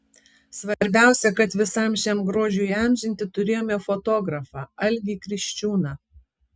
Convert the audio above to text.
svarbiausia kad visam šiam grožiui įamžinti turėjome fotografą algį kriščiūną